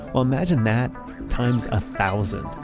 imagine that times a thousand.